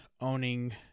owning